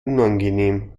unangenehm